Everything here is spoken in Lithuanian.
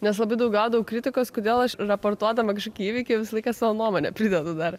nes labai daug gaudavau kritikos kodėl aš raportuodama kažkokį įvykį visą laiką savo nuomonę pridedu dar